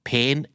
Pain